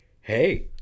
hey